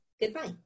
goodbye